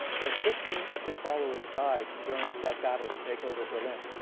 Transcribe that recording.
well, sixteen of his followers died during that battle to take over berlin.